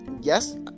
yes